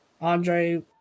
Andre